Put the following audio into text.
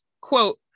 Quote